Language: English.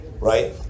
right